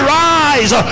rise